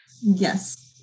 yes